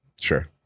Sure